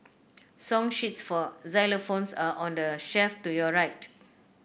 song sheets for xylophones are on the shelf to your right